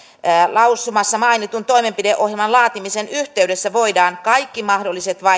lausumassa mainitun toimenpideohjelman laatimisen yhteydessä voidaan kaikki mahdolliset